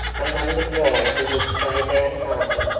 and wondered why he looked so downhearted.